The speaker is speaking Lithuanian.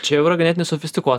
čia jau yra ganėtinai sofistikuotas